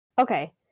Okay